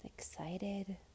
excited